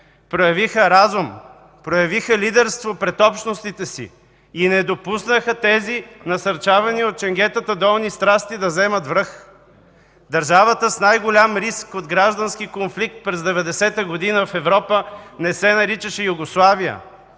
проявиха разум, проявиха лидерство пред общностите си и не допуснаха тези насърчавани от ченгетата долни страсти да вземат връх. Държавата с най-голям риск от граждански конфликт през 1990 г. в Европа не се наричаше Югославия.